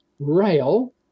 rail